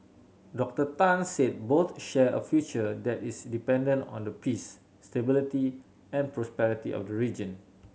Doctor Tan said both share a future that is dependent on the peace stability and prosperity of the region